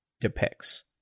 Depicts